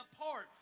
apart